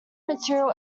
material